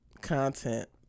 content